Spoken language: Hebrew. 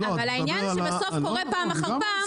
אבל העניין שבסוף קורה פעם אחר פעם,